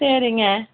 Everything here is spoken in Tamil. சரிங்க